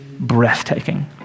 breathtaking